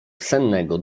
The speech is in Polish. sennego